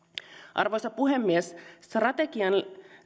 arvoisa puhemies strategian